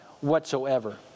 whatsoever